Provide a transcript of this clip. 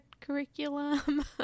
curriculum